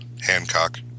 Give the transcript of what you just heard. Hancock